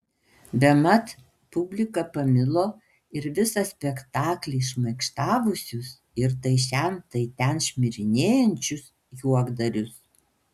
bemat publika pamilo ir visą spektaklį šmaikštavusius ir tai šen tai ten šmirinėjančius juokdarius